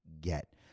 get